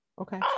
Okay